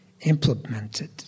implemented